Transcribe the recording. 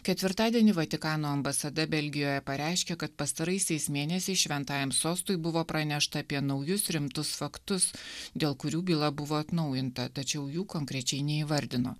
ketvirtadienį vatikano ambasada belgijoje pareiškė kad pastaraisiais mėnesiais šventajam sostui buvo pranešta apie naujus rimtus faktus dėl kurių byla buvo atnaujinta tačiau jų konkrečiai neįvardino